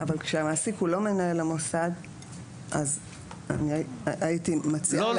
אבל כשהמעסיק הוא לא מנהל המוסד --- לא, לא.